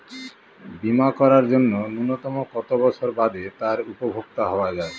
বীমা করার জন্য ন্যুনতম কত বছর বাদে তার উপভোক্তা হওয়া য়ায়?